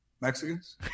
Mexicans